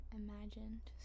imagined